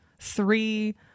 three